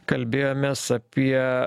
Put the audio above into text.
kalbėjomės apie